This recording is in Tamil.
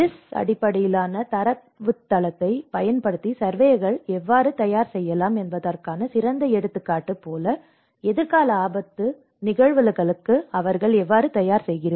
எஸ் அடிப்படையிலான தரவுத்தளத்தைப் பயன்படுத்தி சர்வேயர்கள் எவ்வாறு தயார் செய்யலாம் என்பதற்கான சிறந்த எடுத்துக்காட்டு போல எதிர்கால ஆபத்து நிகழ்வுகளுக்கு அவர்கள் எவ்வாறு தயார் செய்கிறார்கள்